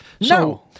No